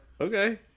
Okay